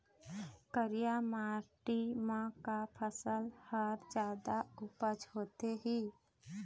करिया माटी म का फसल हर जादा उपज होथे ही?